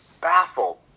baffled